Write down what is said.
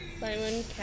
Simon